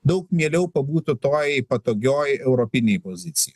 daug mieliau pabūtų toj patogioj europinėj pozicijoj